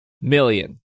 million